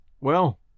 well—